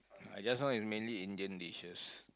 I just know is mainly Indian dishes